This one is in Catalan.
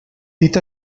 dit